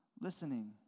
listening